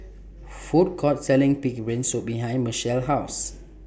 Food Court Selling Pig'S Brain Soup behind Mechelle's House